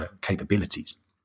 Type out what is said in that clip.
capabilities